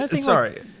Sorry